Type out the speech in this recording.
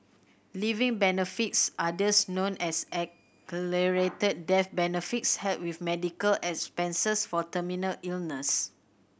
living benefits others known as accelerated death benefits help with medical expenses for terminal illness